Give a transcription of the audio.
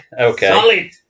Okay